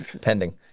Pending